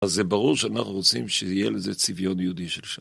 אז זה ברור שאנחנו רוצים שיהיה לזה ציביון יהודי של שם.